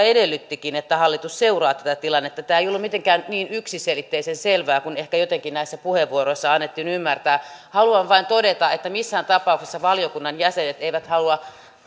edellyttikin että hallitus seuraa tätä tilannetta tämä ei ollut mitenkään niin yksiselitteisen selvää kuin ehkä jotenkin näissä puheenvuoroissa annettiin ymmärtää haluan vain todeta että missään tapauksessa valiokunnan jäsenet eivät halua